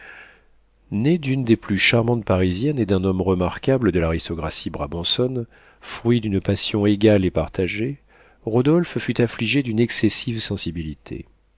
d'une des plus charmantes parisiennes et d'un homme remarquable de l'aristocratie brabançonne fruit d'une passion égale et partagée rodolphe fut affligé d'une excessive sensibilité